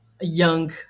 young